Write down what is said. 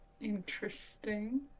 Interesting